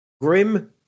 grim